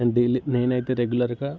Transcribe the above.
నేను డైలీ నేను అయితే రెగ్యులర్గా